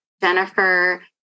Jennifer